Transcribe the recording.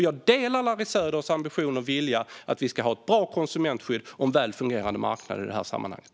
Jag delar Larry Söders ambition och vilja att vi ska ha ett bra konsumentskydd och en väl fungerande marknad i det här sammanhanget.